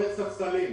צריך ספסלים.